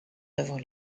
devant